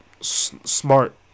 smart